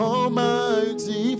Almighty